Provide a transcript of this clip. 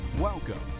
Welcome